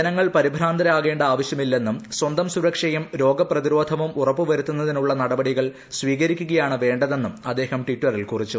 ജനങ്ങൾ പ്രിഭ്രാന്തരാകേണ്ട ആവശ്യമില്ലെന്നും സ്വന്തം സുരക്ഷയും രോഗപ്രതിരോധവും ഉറപ്പുവരുത്തുന്നതിനുള്ള നടപടികൾ സ്വീകരിക്കുകയാണ് വേണ്ടതെന്നും അദ്ദേഹം ടിറ്ററിൽ കുറിച്ചു